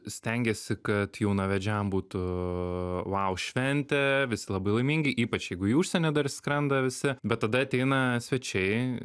stengiesi kad jaunavedžiam būtų vau šventė visi labai laimingi ypač jeigu į užsienį dar skrenda visi bet tada ateina svečiai